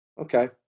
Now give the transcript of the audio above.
Okay